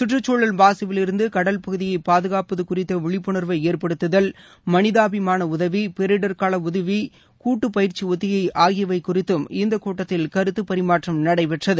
கற்றுச்சூழல் மாசுவில் இருந்து கடல்பகுதியை பாதுகாப்பது குறித்த விழிப்புணர்வை ஏற்படுத்துதல் மனிதாபிமான உதவி பேரிடர்கால உதவி கூட்டு பயிற்சி ஒத்திகை ஆகியவை குறித்தும் இந்தக் கூட்டத்தில் கருத்து பரிமாற்றம் நடைபெற்றது